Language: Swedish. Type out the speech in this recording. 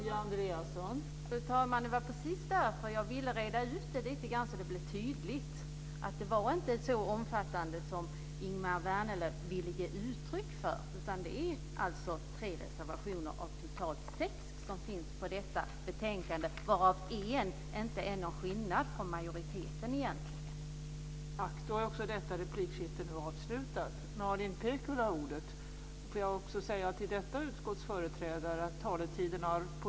Fru talman! Det var därför som jag ville reda ut det lite grann, så att det blev tydligt att det inte var så omfattande som Ingemar Vänerlöv ville ge sken av. Det är alltså tre reservationer av totalt sex som finns i detta betänkande, varav en egentligen inte skiljer sig från majoritetens ståndpunkt.